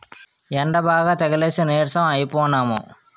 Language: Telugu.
యెండబాగా తగిలేసి నీరసం అయిపోనము